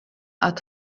għad